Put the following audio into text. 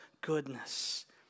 goodness